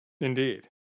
Indeed